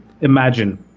Imagine